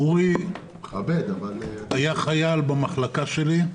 אורי היה חייל במחלקה שלי,